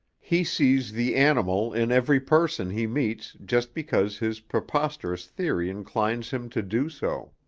he sees the animal in every person he meets just because his preposterous theory inclines him to do so.